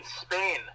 Spain